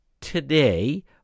today